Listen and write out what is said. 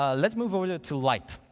ah let's move over to light.